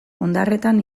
ondarretan